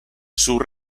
sul